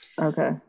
okay